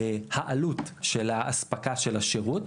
העלות של האספקה של השרות